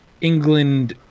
England